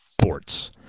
sports